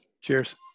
Cheers